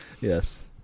Yes